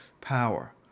power